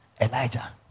Elijah